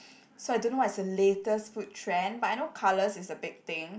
so I don't know what is the latest food trend but I know colours is a big thing